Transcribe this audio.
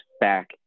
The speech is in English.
back